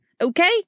okay